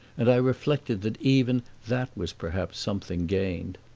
and i reflected that even that was perhaps something gained.